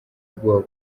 ubwoba